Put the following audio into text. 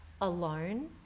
alone